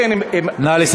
נא לסכם.